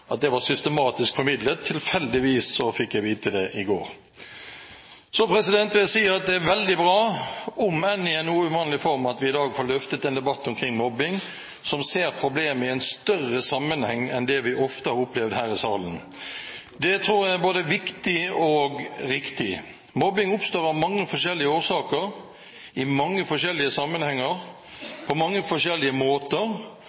at det er veldig bra, om enn i en noe uvanlig form, at vi i dag får løftet en debatt omkring mobbing der vi ser problemet i en større sammenheng enn det vi ofte har opplevd her i salen. Det tror jeg er både viktig og riktig. Mobbing oppstår av mange forskjellige årsaker, i mange forskjellige